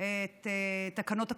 את תקנות הקורונה,